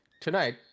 tonight